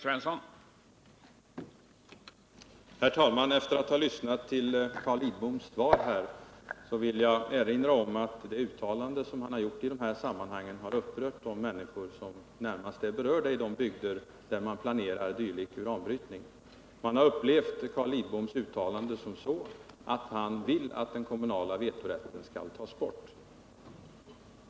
Herr talman! Efter att ha lyssnat till Carl Lidboms svar vill jag erinra om att det uttalande han har gjort i dessa sammanhang har upprört de människor som är närmast berörda i de bygder där man planerar dylik uranbrytning. Man har uppfattat Carl Lidboms uttalande så, att han vill att den kommunala vetorätten skall tas bort.